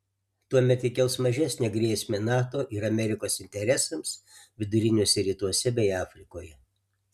tuomet ji kels mažesnę grėsmę nato ir amerikos interesams viduriniuose rytuose bei afrikoje